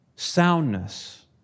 Soundness